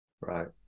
Right